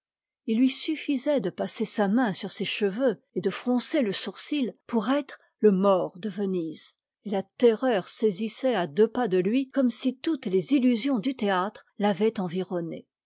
il lui suffisait de passer sa main sur ses cheveux et de froncer le sourcil pour être le maure de venise et la terreur saisissait à deux pas de lui comme si toutes les illusions du théâtre l'avaient environné